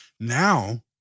Now